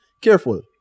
careful